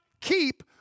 keep